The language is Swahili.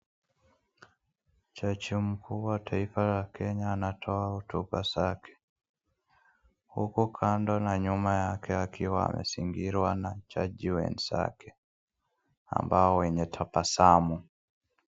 Jaji mkuu wa taifa la Kenya anatoa hotuba zake huku kando na nyuma yake akiwa amezingirwa na jaji wenzake ambao wenye tabasamu.